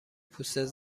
پوستت